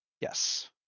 yes